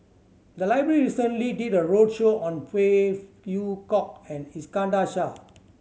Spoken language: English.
the library recently did a roadshow on Phey Yew Kok and Iskandar Shah